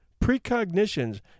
precognitions